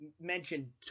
mentioned